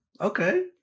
Okay